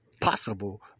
possible